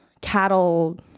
cattle